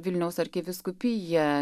vilniaus arkivyskupiją